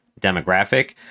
demographic